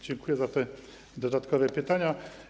Dziękuję za te dodatkowe pytania.